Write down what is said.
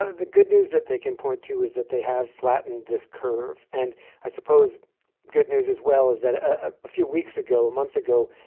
ah the good news that they can point to is that they have flattened this curve. and i suppose good news as well is that a few weeks ago, a month ago,